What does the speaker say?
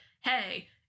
hey